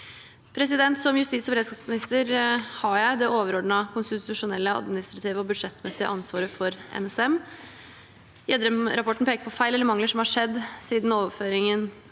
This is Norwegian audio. Som justis- og beredskapsminister har jeg det overordnede konstitusjonelle, administrative og budsjettmessige ansvaret for NSM. Gjedrem-rapporten peker på feil eller mangler som har skjedd siden overføringen